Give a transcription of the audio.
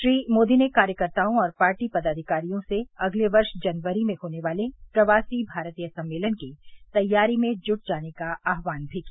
श्री मोदी ने कार्यकर्ताओं और पार्टी पदाविकारियों से अगले वर्ष जनवरी में होने वाले प्रवासी भारतीय सम्मेलन की तैयारी में जुट जाने का आह्वान भी किया